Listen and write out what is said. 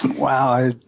wow, i